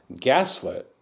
gaslit